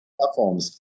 platforms